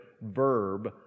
verb